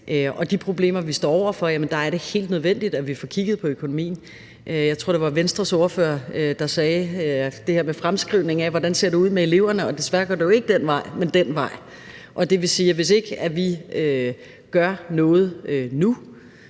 til de problemer, vi står over for, er det helt nødvendigt, at vi får kigget på økonomien. Jeg tror, det var Venstres ordfører, der sagde det her med fremskrivningen af, hvordan det ser ud med eleverne, og desværre går det jo ikke den vej, men den anden vej. Det vil sige, at hvis ikke vi gør noget nu,